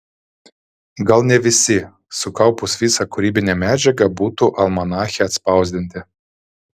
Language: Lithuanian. gal ne visi sukaupus visą kūrybinę medžiagą būtų almanache atspausdinti